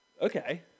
Okay